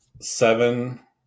Seven